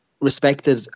respected